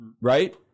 Right